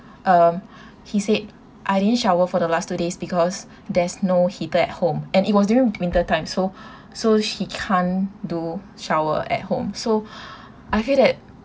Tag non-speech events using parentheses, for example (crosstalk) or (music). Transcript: um (breath) he said I didn't shower for the last two days because there's no heater at home and it was during winter time so (breath) so he can't do shower at home so (breath) I feel that